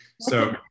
So-